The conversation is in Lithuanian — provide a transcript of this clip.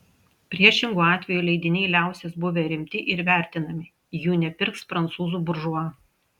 priešingu atveju leidiniai liausis buvę rimti ir vertinami jų nepirks prancūzų buržua